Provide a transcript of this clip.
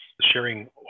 sharing